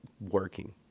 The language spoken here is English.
Working